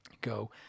go